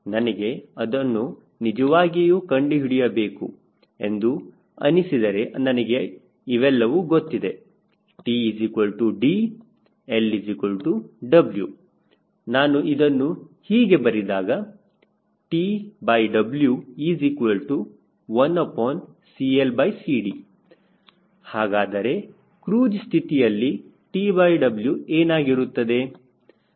ನನಗೆ ಅದನ್ನು ನಿಜವಾಗಿಯೂ ಕಂಡುಹಿಡಿಯಬೇಕು ಎಂದು ಅನಿಸಿದರೆ ನನಗೆ ಇವೆಲ್ಲವೂ ಗೊತ್ತಿದೆ 𝑇 𝐷 𝐿 𝑊 ನಾನು ಇದನ್ನು ಹೀಗೆ ಬರೆದಾಗ TW1CLCD ಹಾಗಾದರೆ ಕ್ರೂಜ್ ಸ್ಥಿತಿಯಲ್ಲಿ TW ಏನಾಗಿರುತ್ತದೆ